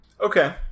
Okay